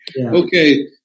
Okay